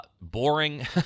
Boring